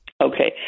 Okay